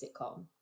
sitcom